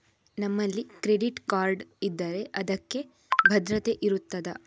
ನಮ್ಮಲ್ಲಿ credit card ಇದ್ದರೆ ಅದಕ್ಕೆ ಭದ್ರತೆ ಇರುತ್ತದಾ?